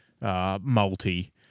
multi